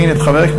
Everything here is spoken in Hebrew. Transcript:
מרבי,